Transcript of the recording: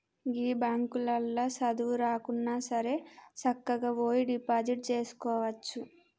గీ బాంకులల్ల సదువు రాకున్నాసరే సక్కగవోయి డిపాజిట్ జేసుకోవచ్చు